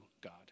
God